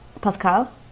Pascal